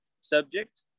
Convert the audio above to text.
subject